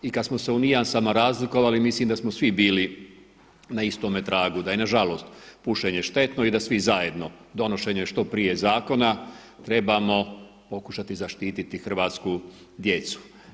I kada smo se u nijansama razlikovali mislim da smo svi bili na istome tragu, da je nažalost pušenje štetno i da svi zajedno, donošenjem što prije zakona, trebamo pokušati zaštiti hrvatsku djecu.